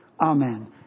Amen